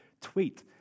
tweet